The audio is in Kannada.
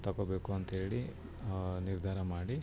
ತಗೋಬೇಕು ಅಂತ್ಹೇಳಿ ನಿರ್ಧಾರ ಮಾಡಿ